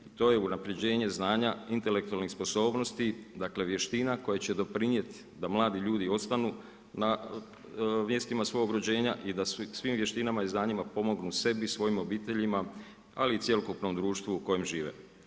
To je unaprjeđenje znanja intelektualnih sposobnosti, dakle, vještina koja će doprinijeti da mladi ljudi ostanu na mjestima svog rođena i da svim vještinama i znanjima pomognu sebi i svojim obiteljima ali i cjelokupnom društvu u kojem žive.